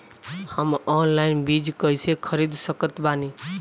हम ऑनलाइन बीज कइसे खरीद सकत बानी?